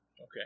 Okay